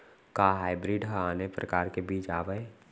का हाइब्रिड हा आने परकार के बीज आवय?